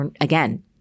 again